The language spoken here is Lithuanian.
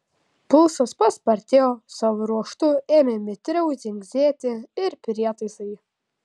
pulsas paspartėjo savo ruožtu ėmė mitriau dzingsėti ir prietaisai